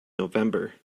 november